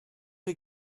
chi